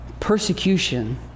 Persecution